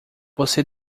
você